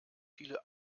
viele